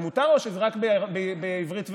זה מותר או שזה רק בעברית ובערבית,